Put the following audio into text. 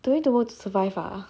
work to survive ah